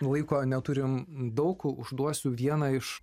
laiko neturim daug užduosiu vieną iš